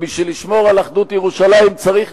ובשביל לשמור על אחדות ירושלים צריך